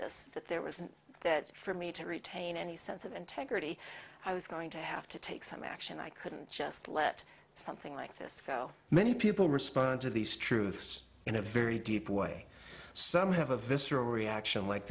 this that there was that for me to retain any sense of integrity i was going to have to take some action i couldn't just let something like this go many people respond to these truths in a very deep way some have a visceral reaction like